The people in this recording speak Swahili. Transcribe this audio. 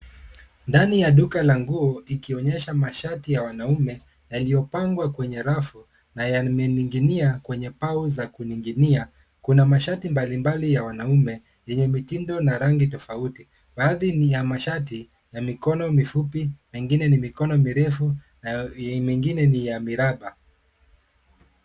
Ndani ya duka la nguo ikionyesha mashati ya wanaume yaliyopangwa kwenye rafu na yamening'inia kwenye pao za kuning'inia. Kuna mashati mbalimbali ya wanaume yenye mitindo na rangi tofauti. Baadhi ni ya mashati ya mikono mifupi na ingine ni mikono mirefu na mengine ni ya miraba.